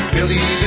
Billy